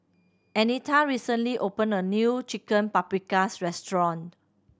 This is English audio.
Anita recently opened a new Chicken Paprikas Restaurant